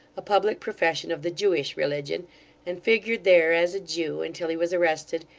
a public profession of the jewish religion and figured there as a jew until he was arrested,